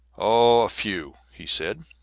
oh, a few, he said.